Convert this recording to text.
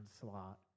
slot